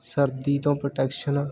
ਸਰਦੀ ਤੋਂ ਪ੍ਰੋਟੈਕਸ਼ਨ